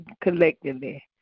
collectively